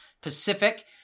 Pacific